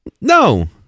No